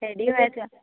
ready হৈ আছে আৰু